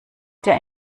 der